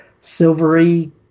silvery